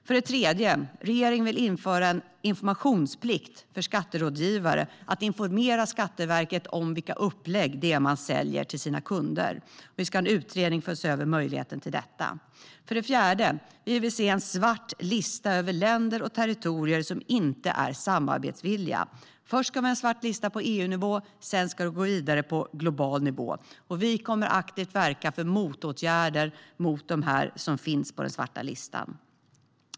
För det tredje vill regeringen införa en informationsplikt för skatterådgivare, så att de måste informera Skatteverket om vilka upplägg de säljer till sina kunder. Vi ska ha en utredning för att se över möjligheten till detta. För det fjärde vill vi se en svart lista över länder och territorier som inte är samarbetsvilliga. Först ska vi ha en svart lista på EU-nivå; sedan ska vi gå vidare på global nivå. Vi kommer aktivt att verka för motåtgärder mot dem som finns på den svarta listan.